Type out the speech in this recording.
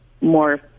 more